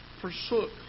forsook